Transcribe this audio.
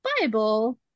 Bible